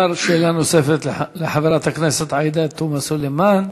אפשר שאלה נוספת לחברת הכנסת עאידה תומא סלימאן.